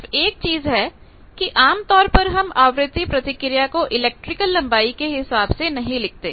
सिर्फ एक ही चीज है कि आमतौर पर हम आवृत्ति प्रतिक्रिया को इलेक्ट्रिकल लंबाई के हिसाब से नहीं लिखते